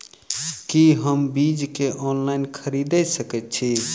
की हम बीज केँ ऑनलाइन खरीदै सकैत छी?